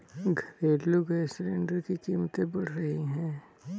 घरेलू gas cylinder की कीमतें बढ़ रही है